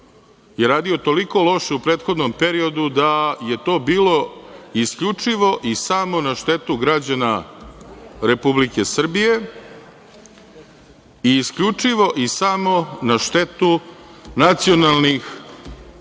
je radio toliko loše u prethodnom periodu da je to bilo isključivo i samo na štetu građana Republike Srbije i isključivo i samo na štetu nacionalnih